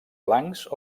blancs